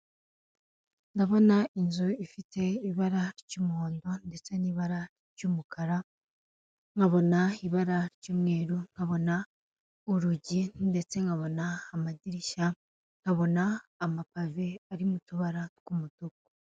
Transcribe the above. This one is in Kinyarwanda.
Ndabona inzu ifite ibara ry'umuhondo ndetse n'ibara ry'umukara, nkabona ibara ry'umweru, nkabona urugi ndetse nkabona amadirishya, nkabona amapave arimo utubara tw'umutuku.